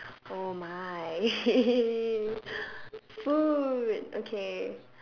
oh my food okay